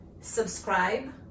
subscribe